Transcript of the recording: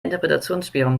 interpretationsspielraum